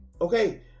okay